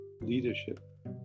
leadership